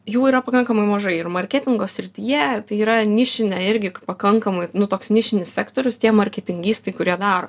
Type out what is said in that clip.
jų yra pakankamai mažai ir marketingo srityje tai yra nišinė irgi pakankamai nu toks nišinis sektorius tie marketingistai kurie daro